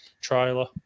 trailer